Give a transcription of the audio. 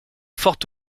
forte